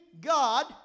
god